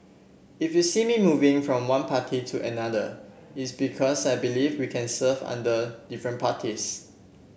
if you see me moving from one party to another it's because I believe we can serve under different parties